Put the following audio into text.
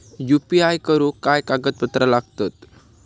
UPI करुक काय कागदपत्रा लागतत?